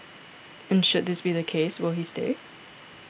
and should this be the case will he stay